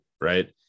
Right